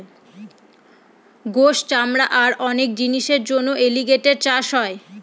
গোস, চামড়া আর অনেক জিনিসের জন্য এলিগেটের চাষ হয়